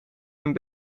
een